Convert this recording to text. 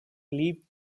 leave